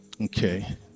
Okay